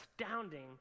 astounding